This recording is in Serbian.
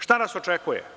Šta nas očekuje?